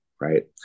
right